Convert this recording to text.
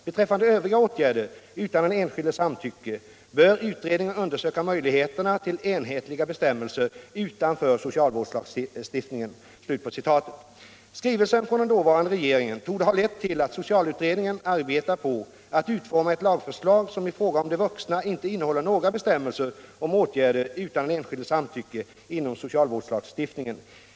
Beträffande övriga åtgärder utan den enskildes samtycke bör utredningen undersöka möjligheterna till enhetliga bestämmelser utanför socialvårdslagstiftningen.” Skrivelsen från den dåvarande regeringen torde ha lett till att socialutredningen arbetar på att utforma ett lagförslag som i fråga om de vuxna inte innehåller några bestämmelser om åtgärder utan den enskildes samtycke inom socialvårdslagstiftningen.